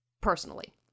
personally